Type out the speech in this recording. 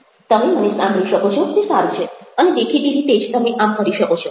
તમે મને સાંભળી શકો છો તે સારું છે અને દેખીતી રીતે જ તમે આમ કરી શકો છો